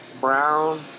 brown